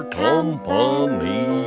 company